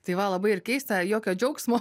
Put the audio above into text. tai va labai ir keista jokio džiaugsmo